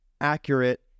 accurate